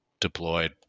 deployed